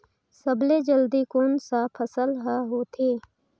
सबले जल्दी कोन सा फसल ह होथे?